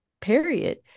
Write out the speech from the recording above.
period